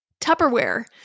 Tupperware